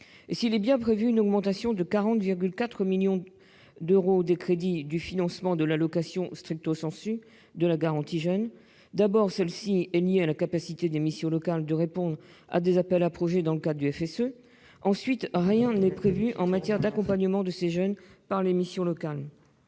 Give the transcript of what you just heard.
S'il est bien prévu une augmentation de 40,4 millions d'euros des crédits du financement de l'allocation de la garantie jeunes, d'abord, celle-ci est liée à la capacité des missions locales de répondre à des appels à projets dans le cadre du Fonds social européen, et, ensuite, rien n'est prévu en matière d'accompagnement de ces jeunes par les missions locales.